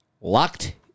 Locked